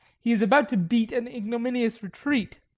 he is about to beat an ignominious retreat.